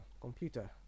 computer